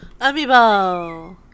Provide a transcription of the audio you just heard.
Amiibo